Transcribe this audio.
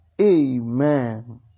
Amen